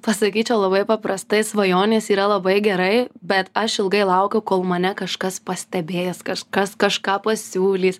pasakyčiau labai paprastai svajonės yra labai gerai bet aš ilgai laukiau kol mane kažkas pastebės kažkas kažką pasiūlys